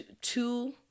two